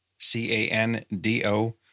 C-A-N-D-O